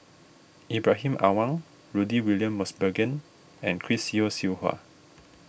Ibrahim Awang Rudy William Mosbergen and Chris Yeo Siew Hua